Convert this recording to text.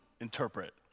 interpret